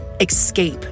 escape